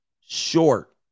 Short